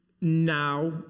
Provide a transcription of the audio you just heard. Now